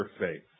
faith